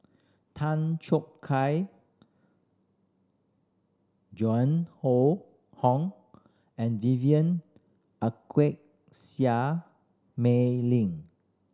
Tan Choo Kai Joan Hon and Vivien Quahe Seah Mei Lin